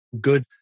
good